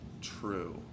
True